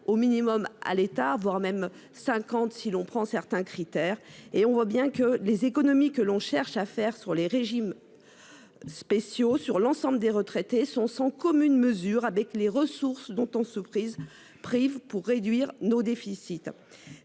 au minimum à l'État, voire 50 milliards d'euros si l'on prend en compte certains critères. On voit bien que les économies que l'on cherche à réaliser sur les régimes spéciaux et sur l'ensemble des retraités sont sans commune mesure avec les ressources dont on se prive pour réduire nos déficits.